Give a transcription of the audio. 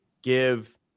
give